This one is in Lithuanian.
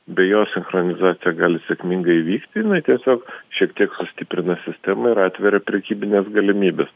be jos sinchronizacija gali sėkmingai vykti jinai tiesiog šiek tiek sustiprina sistemą ir atveria prekybines galimybes